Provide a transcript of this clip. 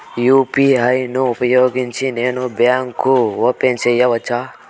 UPI ను ఉపయోగించి నేను బ్యాంకు ఓపెన్ సేసుకోవచ్చా?